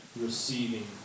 receiving